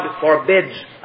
forbids